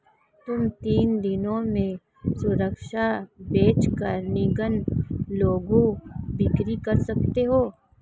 तुम तीन दिनों में सुरक्षा बेच कर नग्न लघु बिक्री कर सकती हो